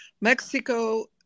Mexico